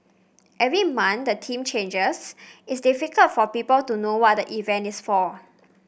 every month the theme changes it's difficult for people to know what the event is for